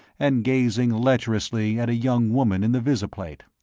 and gazing lecherously at a young woman in the visiplate.